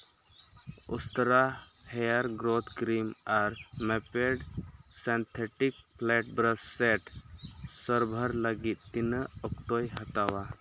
ᱩᱥᱛᱨᱟ hair growth cream ᱟᱨ ᱢᱮᱯᱮᱰ synthetic plate brush set ᱥᱟᱨᱵᱷᱟᱨ ᱞᱟᱹᱜᱤᱫ ᱛᱤᱱᱟᱹᱜ ᱚᱠᱛᱚᱭ ᱦᱟᱛᱟᱣᱟ